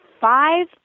Five